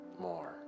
more